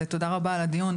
ותודה רבה על הדיון,